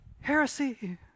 heresy